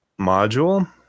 module